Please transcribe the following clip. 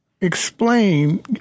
explain